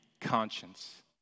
conscience